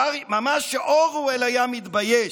ממש אורוול היה מתבייש.